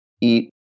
eat